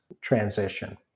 transition